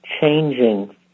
changing